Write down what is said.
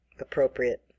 appropriate